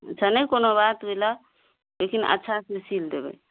अच्छा नहि कोनो बात ओहि लऽ लेकिन अच्छा से सील देबै